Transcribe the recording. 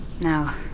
Now